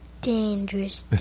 Dangerous